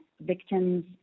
victims